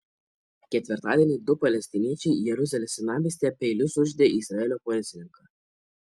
ketvirtadienį du palestiniečiai jeruzalės senamiestyje peiliu sužeidė izraelio policininką